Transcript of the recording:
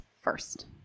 first